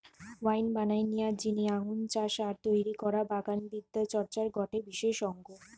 wine বানানিয়ার জিনে আঙ্গুর চাষ আর তৈরি করা বাগান বিদ্যা চর্চার গটে বিশেষ অঙ্গ